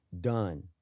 done